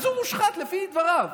אז הוא מושחת לפי דבריו.